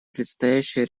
предстоящие